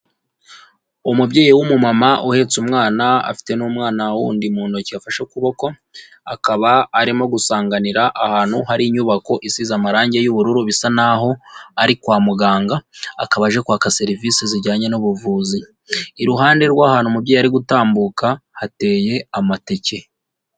Umubyeyi w'umumama uhetse umwana afite n'umwana wundi mu ntoki yafashe ukuboko, akaba arimo gusanganira ahantu hari inyubako isize amarangi y'ubururu bisa n'aho ari kwa muganga, akaba aje kwaka serivisi zijyanye n'ubuvuzi, iruhande rw'ahantu umubyeyi ari gutambuka hateye amateke.